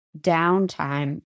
downtime